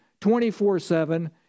24-7